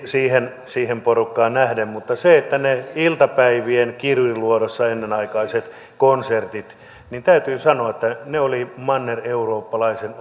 siihen siihen porukkaan nähden mutta niistä iltapäivien ennenaikaisista konserteista kirjurinluodossa täytyy sanoa että ne olivat mannereurooppalaisen